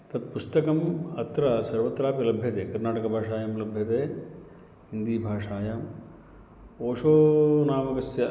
तत् पुस्तकम् अत्र सर्वत्रापि लभ्यते कर्णाटकभाषायां लभ्यते हिन्दीभाषायाम् ओशो नामकस्य